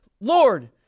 Lord